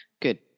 Good